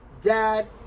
dad